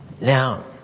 Now